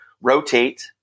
rotate